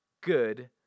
good